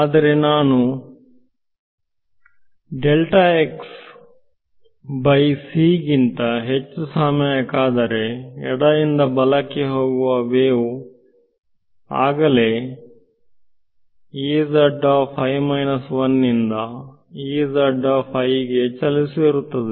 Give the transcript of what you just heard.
ಆದರೆ ನಾನು delta x by c ಗಿಂತ ಹೆಚ್ಚು ಸಮಯ ಕಾದರೆ ಎಡದಿಂದ ಬಲಕ್ಕೆ ಹೋಗುವ ವೇವ್ ಆಗಲೇ ಇಂದ ಗೆ ಚಲಿಸಿರುತ್ತದೆ